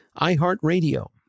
iHeartRadio